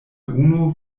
unu